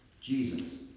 Jesus